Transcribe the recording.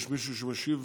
יש מישהו שמשיב?